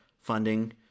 funding